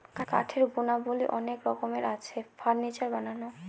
কাঠের গুণাবলী অনেক রকমের আছে, ফার্নিচার বানানো